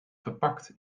verpakt